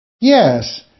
Yes